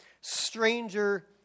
stranger